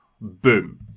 boom